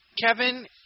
Kevin